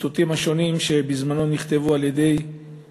הציטוטים השונים שבזמנו נכתבו גם על תוכנית